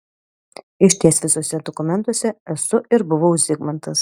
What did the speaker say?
išties visuose dokumentuose esu ir buvau zigmantas